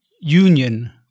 union